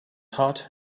hot